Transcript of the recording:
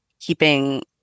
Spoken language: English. keeping –